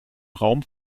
raum